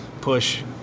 push